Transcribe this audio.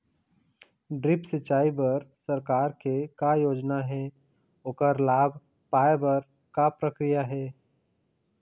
Drip सिचाई बर सरकार के का योजना हे ओकर लाभ पाय बर का प्रक्रिया हे?